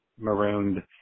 marooned